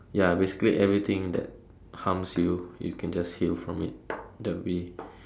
ya basically everything that harms you you can just heal from it that'll be